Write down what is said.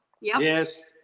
Yes